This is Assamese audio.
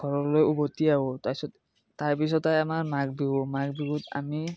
ঘৰলৈ উভতি আহোঁ তাৰপিছত তাৰপিছতে আহে আমাৰ মাঘ বিহু মাঘ বিহুত আমি